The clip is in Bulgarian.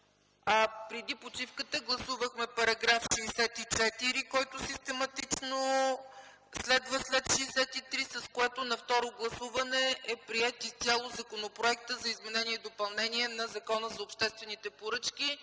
Преди почивката гласувахме § 64, който систематично следва след § 63, с което на второ гласуване е приет изцяло Законът за изменение и допълнение на Закона за обществените поръчки.